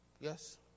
Yes